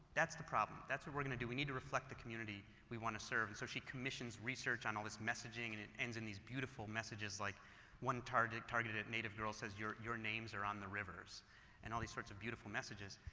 that's the problem, that's what we're going to do. we need to reflect the community we want to serve and so she commissions research on all this messaging and it ends in these beautiful messages like one targeted targeted native girls says, your your names are on the rivers and all these sorts of beautiful messages.